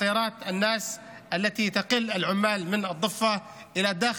האנשים אשר יסיעו פועלים מהגדה אל ישראל,